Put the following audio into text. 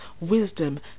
wisdom